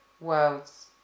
worlds